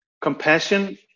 Compassion